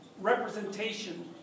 representation